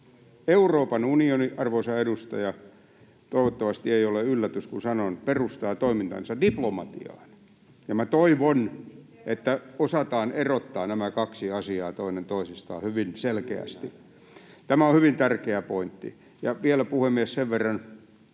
Euroopan unioni — arvoisa edustaja, toivottavasti ei ole yllätys, kun näin sanon — perustaa toimintansa diplomatiaan. Minä toivon, että osataan erottaa nämä kaksi asiaa toisistaan hyvin selkeästi. Tämä on hyvin tärkeä pointti. Ja vielä, puhemies, sen verran